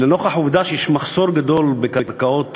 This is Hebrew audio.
לנוכח העובדה שיש מחסור גדול בקרקעות